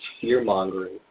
fear-mongering